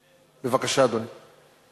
בבקשה, אדוני.